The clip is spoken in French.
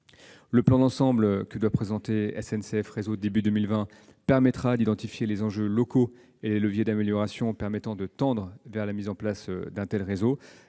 Le plan d'ensemble, que doit présenter SNCF Réseau au début de 2020, permettra d'identifier les enjeux locaux et les leviers d'amélioration permettant de tendre vers la mise en place d'un tel réseau.